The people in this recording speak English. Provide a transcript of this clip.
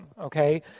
okay